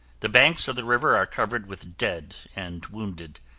the banks of the river are covered with dead and wounded,